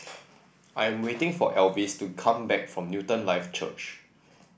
I am waiting for Elvis to come back from Newton Life Church